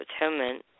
Atonement